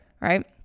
Right